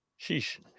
Sheesh